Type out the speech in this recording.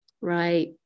right